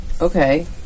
Okay